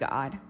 God